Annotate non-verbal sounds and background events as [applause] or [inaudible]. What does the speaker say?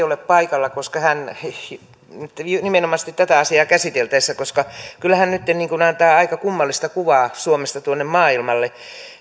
[unintelligible] ole paikalla nimenomaisesti tätä asiaa käsiteltäessä koska kyllä hän nytten antaa aika kummallista kuvaa suomesta tuonne maailmalle